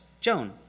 Joan